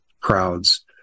crowds